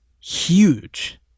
huge